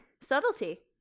subtlety